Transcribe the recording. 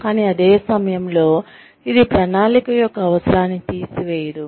కానీ అదే సమయంలో ఇది ప్రణాళిక యొక్క అవసరాన్ని తీసివేయదు